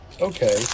okay